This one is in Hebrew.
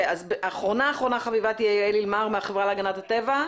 אחרונה אחרונה חביבה תהיה יעל אילמר מהחברה להגנת הטבע.